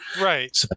Right